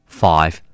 five